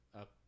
up